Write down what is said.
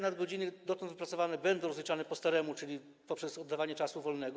Nadgodziny dotąd wypracowane będą rozliczane po staremu, czyli poprzez oddawanie czasu wolnego.